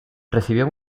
recibió